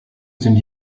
sind